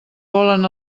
volen